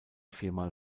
viermal